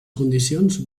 condicions